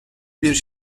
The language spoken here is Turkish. bir